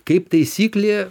kaip taisyklė